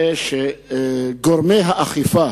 זה שגורמי האכיפה